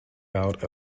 out